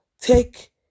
take